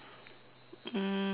um